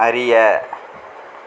அறிய